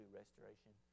restoration